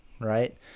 right